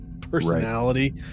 personality